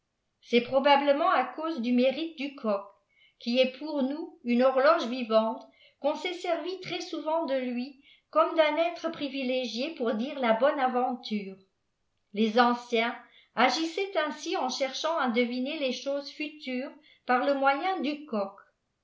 g'eçt probablement à cause du mérite du coq qui est pour nous axne horloge vivante qu'on s'est servi très-souvent de lui compte d'un être privilégié pour dire la bonne aventure le anciens agissaient ainsi en cherchant à deviner les choses futures par le moyen du coq